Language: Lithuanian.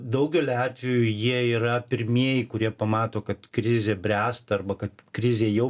daugeliu atveju jie yra pirmieji kurie pamato kad krizė bręsta arba kad krizė jau